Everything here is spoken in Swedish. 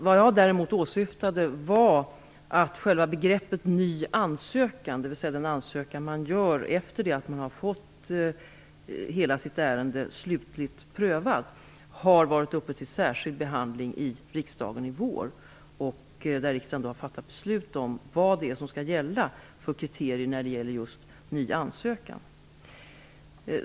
Vad jag åsyftade var att själva begreppet ny ansökan, dvs. den ansökan som man gör efter det att man har fått sitt ärende slutligt prövat, har varit uppe till särskild behandling i riksdagen i vår. Riksdagen har fattat beslut om vilka kriterier som skall gälla vid en ny ansökan.